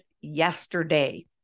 yesterday